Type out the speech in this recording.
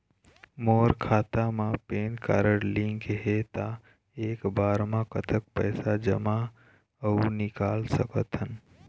मोर खाता मा PAN card link हे ता एक बार मा कतक पैसा जमा अऊ निकाल सकथन?